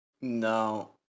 No